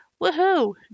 Woohoo